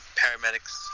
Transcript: paramedics